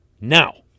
Now